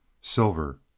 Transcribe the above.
Silver